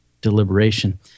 deliberation